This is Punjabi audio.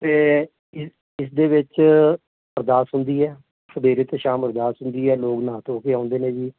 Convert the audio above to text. ਅਤੇ ਇਸ ਇਸਦੇ ਵਿੱਚ ਅਰਦਾਸ ਹੁੰਦੀ ਹੈ ਸਵੇਰੇ ਅਤੇ ਸ਼ਾਮ ਅਰਦਾਸ ਹੁੰਦੀ ਹੈ ਲੋਕ ਨਹਾ ਧੋਹ ਕੇ ਆਉਂਦੇ ਨੇ ਜੀ